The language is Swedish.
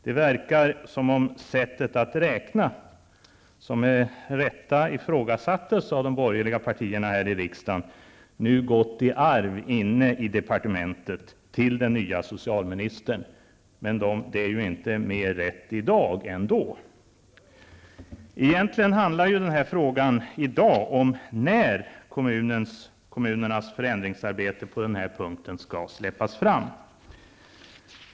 Det verkar som om det sättet att räkna, som med rätta ifrågasatts av de borgerliga partierna här i riksdagen, nu gått i arv inne i departementet till den nya socialministern. Men det är ju inte mer rätt i dag än då. Egentligen handlar den fråga vi diskuterar i dag om när kommunernas förändringsarbete på den här punkten skall släppas fram.